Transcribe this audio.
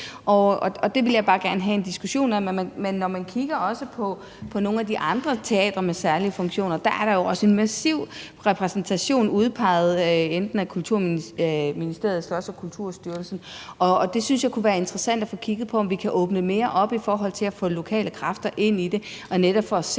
Det vil jeg bare gerne have en diskussion af. Når man kigger på nogle af de andre teatre med særlige funktioner, vil man se, at der også er en massiv repræsentation, der er udpeget af Kulturministeriet, Slots- og Kulturstyrelsen. Og jeg synes, det kunne være interessant at få kigget på, om vi kan åbne mere op i forhold til at få lokale kræfter ind – netop for at